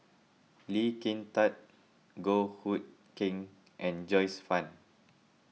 Lee Kin Tat Goh Hood Keng and Joyce Fan